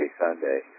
Sunday